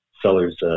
seller's